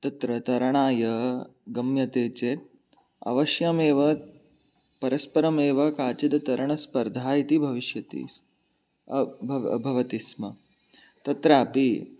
तत्र तरणाय गम्यते चेत् अवश्यमेव परस्परमेव काचित् तरणस्पर्धा इति भविष्यति भवति स्म तत्रापि